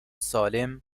سالم